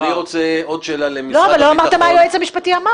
אני רוצה עוד שאלה למשרד הביטחון.